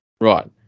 right